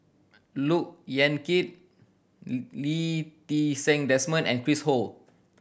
Look Yan Kit Lee Ti Seng Desmond and Chris Ho